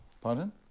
Pardon